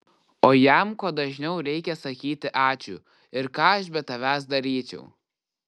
o jam kuo dažniau reikia sakyti ačiū ir ką aš be tavęs daryčiau